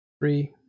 Three